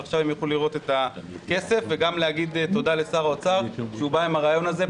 עכשיו יוכל לראות את הכסף וגם להגיד תודה לשר האוצר שבא עם הרעיון הזה.